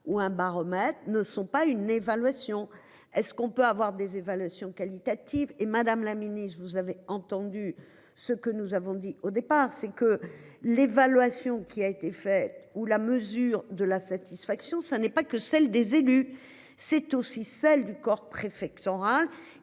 ou un baromètre ne sont pas une évaluation. Est-ce qu'on peut avoir des évaluations qualitatives et Madame la Ministre, vous avez entendu ce que nous avons dit au départ, c'est que l'évaluation qui a été fait où la mesure de la satisfaction, ça n'est pas que celle des élus, c'est aussi celle du corps préfectoral